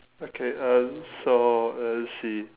okay um so uh let's see